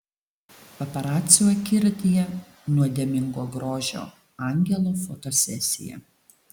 paparacių akiratyje nuodėmingo grožio angelo fotosesija